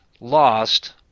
lost